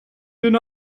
den